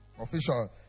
official